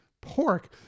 pork